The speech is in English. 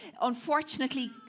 unfortunately